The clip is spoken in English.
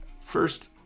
First